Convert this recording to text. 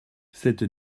cette